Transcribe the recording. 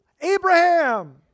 Abraham